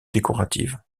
décoratives